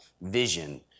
vision